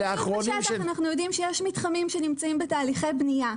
אנחנו יודעים שיש מתחמים שנמצאים בתהליכי בנייה.